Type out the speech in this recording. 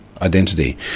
identity